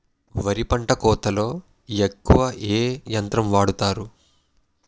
వరి పంట కోతలొ ఎక్కువ ఏ యంత్రం వాడతారు?